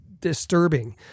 disturbing